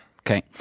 Okay